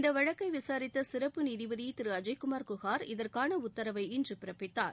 இந்த வழக்கை விசாரித்த சிறப்பு நீதிபதி திரு அஜய்குமார் குஹார் இதற்கான உத்தரவை இன்று பிறப்பித்தார்